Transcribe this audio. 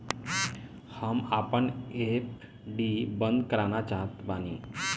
हम आपन एफ.डी बंद करना चाहत बानी